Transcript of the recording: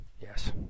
Yes